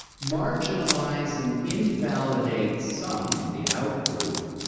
marginalize and invalidate some, the out group,